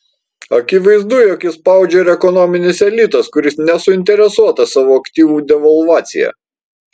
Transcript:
akivaizdu jog jį spaudžia ir ekonominis elitas kuris nesuinteresuotas savo aktyvų devalvacija